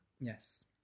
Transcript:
yes